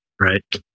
right